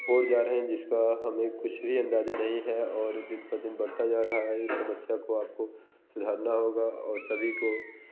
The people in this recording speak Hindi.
ओर जा रहे हैं इसका हमें कुछ भी अंदाज़ा नहीं है और दिन पे दिन बढ़ता जा रहा है इस समस्या को आप को सुधारना होगा और सभी को